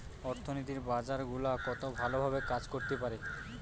অর্থনীতির বাজার গুলা কত ভালো ভাবে কাজ করতে পারে